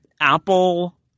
Apple